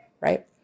right